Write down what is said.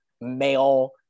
male